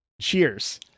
cheers